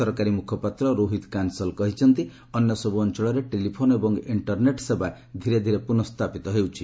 ସରକାରୀ ମୁଖପାତ୍ର ରୋହିତ କାନ୍ସଲ୍ କହିଛନ୍ତି ଅନ୍ୟସବ୍ ଅଞ୍ଚଳରେ ଟେଲିଫୋନ୍ ଏବଂ ଇଣ୍ଟରନେଟ୍ ସେବା ଧୀରେ ଧୀରେ ପ୍ରନଃସ୍କାପିତ କରାଯାଉଛି